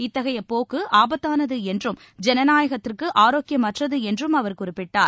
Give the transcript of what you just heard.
இத்தகையப் போக்குஆபத்தானதுஎன்றும் ஜனநாயகத்திற்குஆரோக்கியமற்றதுஎன்றும் அவர் குறிப்பிட்டார்